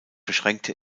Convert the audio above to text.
beschränkte